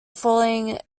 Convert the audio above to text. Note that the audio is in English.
falling